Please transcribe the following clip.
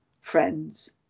friends